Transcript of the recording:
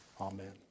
Amen